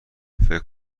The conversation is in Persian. فکر